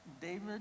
David